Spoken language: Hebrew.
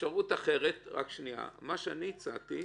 אפשרות אחרת היא מה שאני הצעתי,